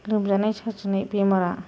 लोमजानाय साजानाय बेमारा